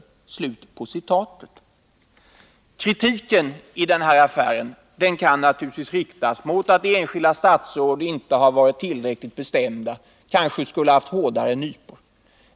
Kritiken i denna affär kan naturligtvis riktas mot det förhållandet att enskilda statsråd inte har varit tillräckligt bestämda, att de kanske skulle ha haft hårdare nypor.